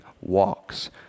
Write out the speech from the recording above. walks